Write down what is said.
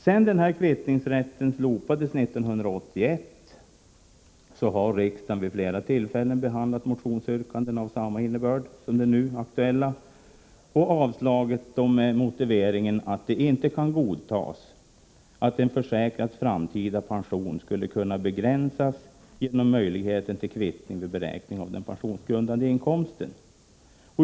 Sedan kvittningsrätten slopades 1981 har riksdagen vid flera tillfällen behandlat motionsyrkanden av samma innebörd som det nu aktuella och avslagit dem med motiveringen att det inte kan godtas att en försäkrads framtida pension skulle kunna begränsas genom möjligheten till kvittning vid beräkning av den pensionsgrundande inkomsten.